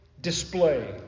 display